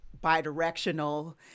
bi-directional